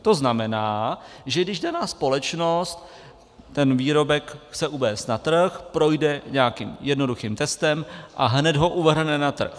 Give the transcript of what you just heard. To znamená, že když daná společnost ten výrobek chce uvést na trh, projde nějakým jednoduchým testem a hned ho uvrhne na trh.